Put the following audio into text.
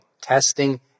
Testing